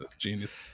genius